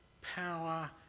power